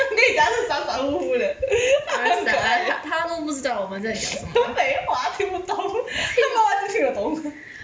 跟你讲他是傻傻呼呼的好可爱废话听不到听的懂